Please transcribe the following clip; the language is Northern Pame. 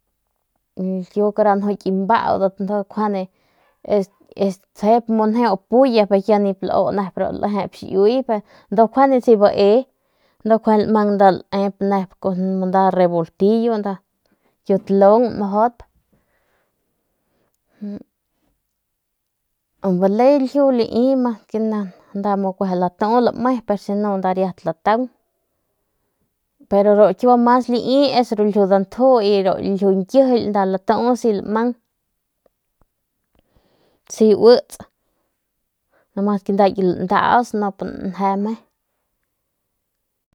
Tsjep pulla y nip lau nep tsjap njeu ndu kjuande si bae ndu nkjuande lmang nep ne y bale ljiu lai mas ke mang nda latu u si no nda riat lataung pero ru mas lai es ru ljiu dantju y ru ljiu nkijily nda latu si mang mas ke nda landauts nup nje me.